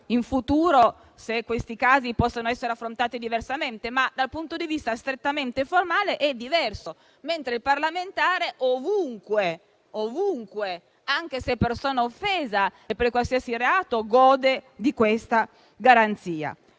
in futuro se questi casi possano essere affrontati diversamente; dal punto di vista strettamente formale però è diverso, mentre il parlamentare, anche se persona offesa e per qualsiasi reato, gode ovunque di tale garanzia.